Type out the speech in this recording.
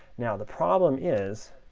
now, the problem is,